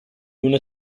una